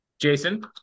jason